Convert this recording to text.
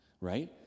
right